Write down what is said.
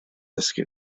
dysgu